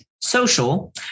Social